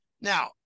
Now